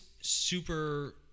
super